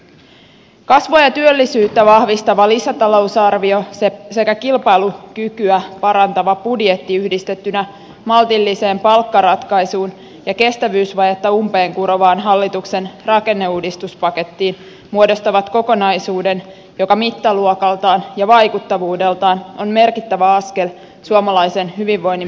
kasvua ja työllisyyttä vahvistava lisätalousarvio sekä kilpailukykyä parantava budjetti yhdistettyinä maltilliseen palkkaratkaisuun ja kestävyysvajetta umpeen kurovaan hallituksen rakenneuudistuspakettiin muodostavat kokonaisuuden joka mittaluokaltaan ja vaikuttavuudeltaan on merkittävä askel suomalaisen hyvinvoinnin pelastamiseksi